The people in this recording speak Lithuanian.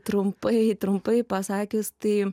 trumpai trumpai pasakius tai